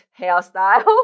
hairstyle